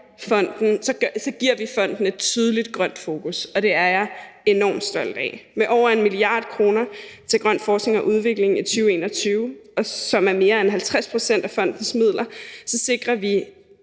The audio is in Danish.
så giver vi fonden et tydeligt grønt fokus, og det er jeg enormt stolt af. Med over 1 mia. kr. til grøn forskning og udvikling i 2021, som er mere end 50 pct. af fondens midler, sikrer vi